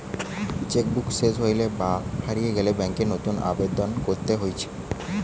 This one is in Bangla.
চেক বুক সেস হইলে বা হারিয়ে গেলে ব্যাংকে নতুন বইয়ের আবেদন করতে হতিছে